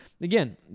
Again